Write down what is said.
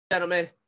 Gentlemen